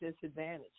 disadvantage